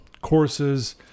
courses